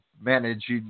manage